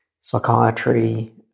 psychiatry